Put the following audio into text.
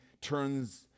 turns